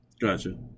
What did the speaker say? Gotcha